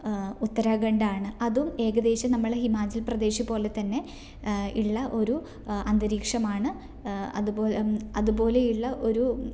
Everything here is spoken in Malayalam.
ഉത്തരാഖണ്ഡ് ആണ് അതും ഏകദേശം നമ്മൾ ഹിമാചൽ പ്രദേശ് പോലെ തന്നെ ഉള്ള ഒരു അന്തരീക്ഷമാണ് അതു പോലെയുള്ള ഒരു